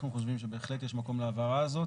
אנחנו חושבים שבהחלט יש מקום להבהרה הזאת.